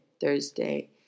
Thursday